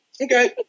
okay